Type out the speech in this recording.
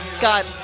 God